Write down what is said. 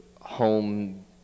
home